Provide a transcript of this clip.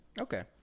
Okay